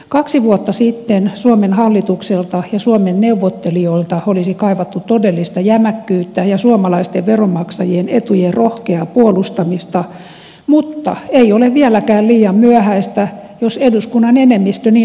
kaksi vuotta sitten suomen hallitukselta ja suomen neuvottelijoilta olisi kaivattu todellista jämäkkyyttä ja suomalaisten veronmaksajien etujen rohkeaa puolustamista mutta ei ole vieläkään liian myöhäistä jos eduskunnan enemmistö niin haluaa